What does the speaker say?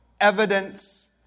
evidence